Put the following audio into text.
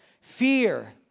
Fear